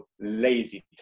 lazy